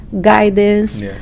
guidance